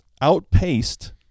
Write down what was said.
outpaced